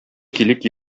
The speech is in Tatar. килик